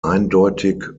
eindeutig